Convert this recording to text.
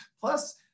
Plus